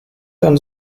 und